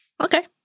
Okay